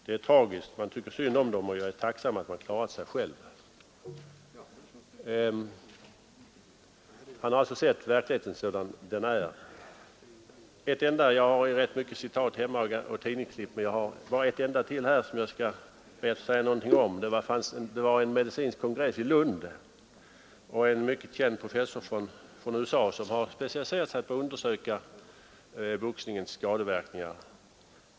”Det är tragiskt, man tycker synd om dem och är tacksam att man klarat sig själv.” Boxaren Nisse Ramm har sett verkligheten sådan den är. Jag har rätt många citat och tidningsurklipp hemma, men jag skall här bara anföra ytterligare ett. Vid en medicinsk kongress i Lund yttrade sig en mycket känd professor från USA som specialiserat sig på att undersöka boxningens skadeverkningar.